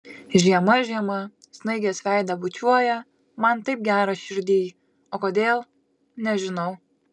žiema žiema snaigės veidą bučiuoja man taip gera širdyj o kodėl nežinau